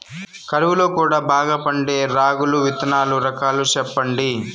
కరువు లో కూడా బాగా పండే రాగులు విత్తనాలు రకాలు చెప్పండి?